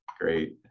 Great